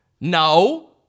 No